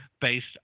based